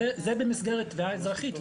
זה במסגרת תביעה אזרחית,